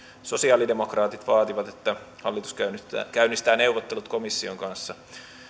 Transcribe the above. sosialidemokraatit vaativat että hallitus käynnistää käynnistää neuvottelut komission kanssa